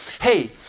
hey